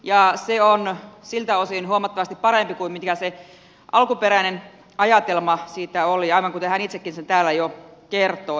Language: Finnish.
se on siltä osin huomattavasti parempi kuin mikä se alkuperäinen ajatelma siitä oli aivan kuten hän itsekin sen täällä jo kertoi